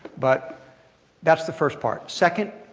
but that's the first part. second,